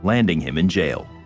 landing him in jail.